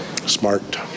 Smart